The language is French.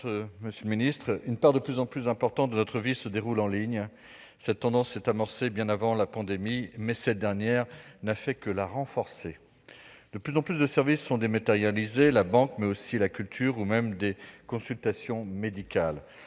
collègues, une part de plus en plus importante de notre vie se déroule en ligne. Cette tendance s'est amorcée bien avant la pandémie, mais cette dernière n'a fait que la renforcer. De plus en plus de services sont dématérialisés : la banque, mais aussi la culture, ou même des consultations médicales.